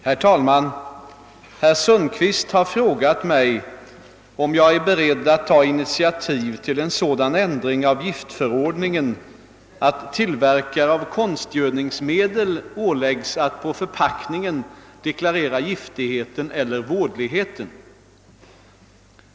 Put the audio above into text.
Herr talman! Herr Sundkvist har frågat mig, om jag är beredd att ta initiativ till en sådan ändring av giftförordningen att tillverkare av konstgödningsmedel åläggs att på förpackningen deklarera giftigheten eller vådligheten.